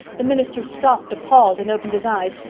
the minister stopped appalled and opened his eyes.